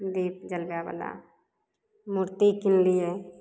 दीप जलबै बला मूर्ति किनलियै